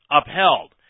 upheld